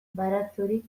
baratxuri